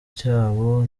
cyabo